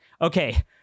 Okay